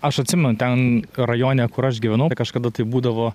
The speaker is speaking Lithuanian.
aš atsimenu ten rajone kur aš gyvenau kažkada tai būdavo